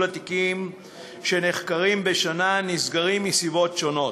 התיקים שנחקרים בשנה נסגרים מסיבות שונות,